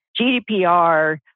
GDPR